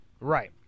Right